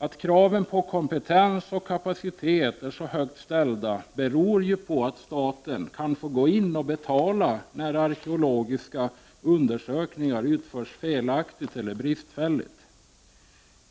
Att kraven på kompetens och kapacitet är så högt ställda beror ju på att staten kan få gå in och betala när arkeologiska undersökningar utförts felaktigt eller bristfälligt.